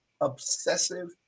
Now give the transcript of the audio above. obsessive